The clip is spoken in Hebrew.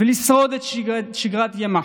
לשרוד את שגרת יומה.